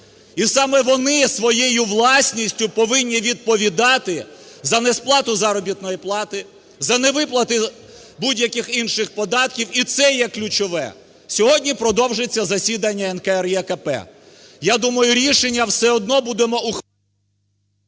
і саме вони своєю власністю повинні відповідати за несплату заробітної плати, за невиплати будь-яких інших податків, і це є ключове. Сьогодні продовжиться засідання НКРЕКП, я думаю, рішення все одно будемо…